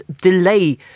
delay